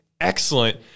excellent